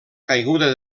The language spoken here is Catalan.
caiguda